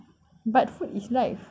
but food is life